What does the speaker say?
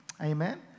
Amen